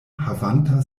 havanta